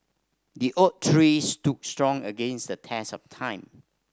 the oak tree stood strong against the test of time